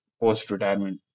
post-retirement